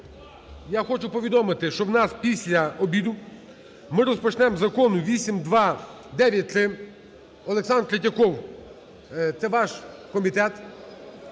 Я хочу повідомити, що у нас після обіду… ми розпочнемо з Закону 8293. Олександр Третьяков, це ваш комітет